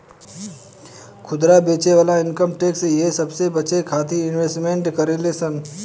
खुदरा बेचे वाला इनकम टैक्स इहे सबसे बचे खातिरो इन्वेस्टमेंट करेले सन